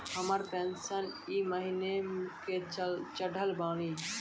हमर पेंशन ई महीने के चढ़लऽ बानी?